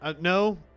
No